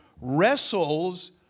wrestles